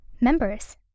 members